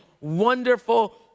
wonderful